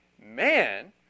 Man